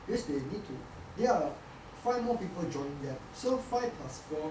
because they need to there are five more people joining them so five plus four